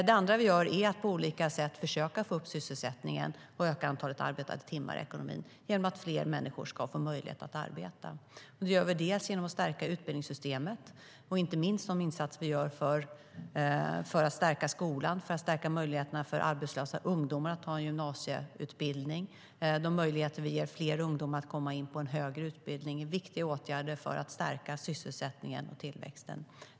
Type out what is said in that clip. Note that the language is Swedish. Det andra vi gör är att på olika sätt försöka få upp sysselsättningen och öka antalet arbetade timmar i ekonomin genom att fler människor får möjlighet att arbeta. Det gör vi bland annat genom att stärka utbildningssystemet, inte minst genom de insatser vi gör för att stärka skolan och möjligheterna för arbetslösa ungdomar att få en gymnasieutbildning. Vi ger också fler ungdomar möjlighet att komma in på en högre utbildning. Det är viktiga åtgärder för att stärka sysselsättningen och tillväxten.